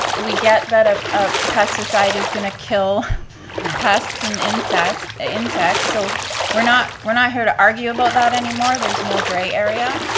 we get that a ah pesticide is going to kill pests and insects, ah so so we're not we're not here to argue about that anymore, there's no gray area.